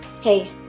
Hey